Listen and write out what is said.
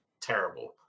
terrible